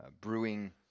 brewing